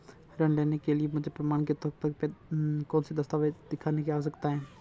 ऋृण लेने के लिए मुझे प्रमाण के तौर पर कौनसे दस्तावेज़ दिखाने की आवश्कता होगी?